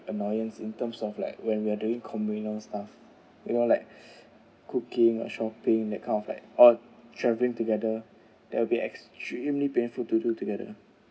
annoyance in terms of like when we're doing communal stuff you know like cooking or shopping that kind of like or travelling together that will be extremely painful to do together